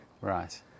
Right